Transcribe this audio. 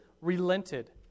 relented